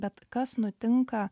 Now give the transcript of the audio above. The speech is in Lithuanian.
bet kas nutinka